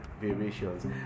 variations